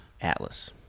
Atlas